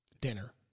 dinner